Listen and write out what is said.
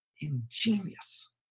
Ingenious